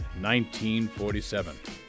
1947